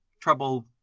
trouble